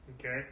Okay